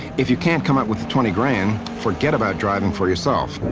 if you can't come up with the twenty grand, forget about driving for yourself.